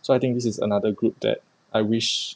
so I think this is another group that I wish